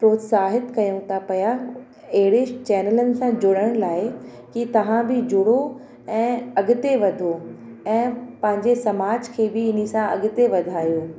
प्रोत्साहित कनि था पिया अहिड़ी चैनलनि सां जुड़ियलु आहे की तव्हां बि जुड़ो ऐं अॻिते वधो ऐं पंहिंजे समाज खे बि इन सां अॻिते वधायो